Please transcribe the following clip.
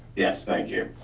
yes, thank you.